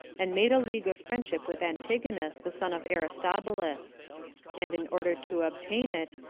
and made a league of friendship with antigonus, the son of aristobulus and in order to obtain it,